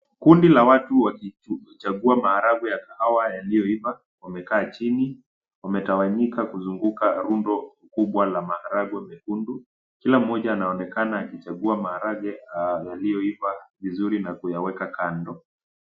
Kundi la watu wakichagua maharagwe ya kahawa yaliyoiva wamekaa chini wametawanyika kuzunguka rundo kubwa la maharagwe mekundu kila mmoja anaonekana akichagua maharagwe yaliyoiva vizuri na kuyaweka kando.